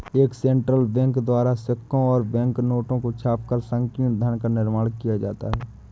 एक central bank द्वारा सिक्कों और बैंक नोटों को छापकर संकीर्ण धन का निर्माण किया जाता है